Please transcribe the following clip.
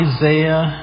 Isaiah